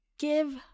give